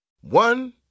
One